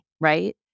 right